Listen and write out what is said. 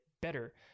better